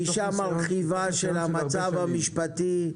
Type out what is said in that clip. גישה מרחיבה של המצב המשפטי,